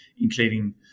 including